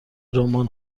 رمان